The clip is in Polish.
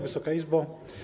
Wysoka Izbo!